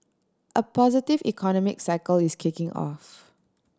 a positive economic cycle is kicking off